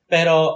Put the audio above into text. Pero